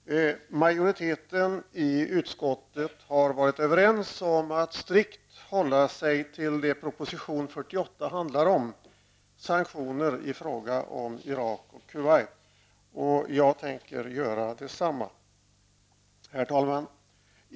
Herr talman! Majoriteten i utskottet har varit överens om att strikt hålla sig till det som proposition 48 handlar om -- sanktioner i fråga om Irak och Kuwait -- och jag tänker göra detsamma. Herr talman!